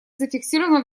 зафиксировано